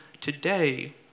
today